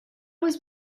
was